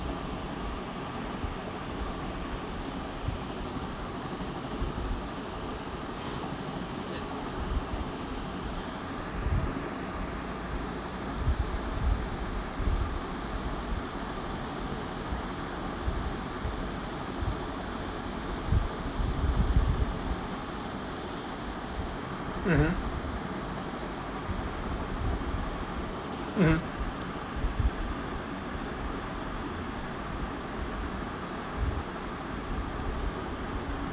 mmhmm mmhmm